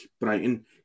Brighton